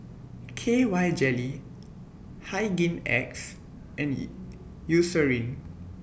K Y Jelly Hygin X and E Eucerin